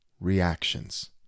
reactions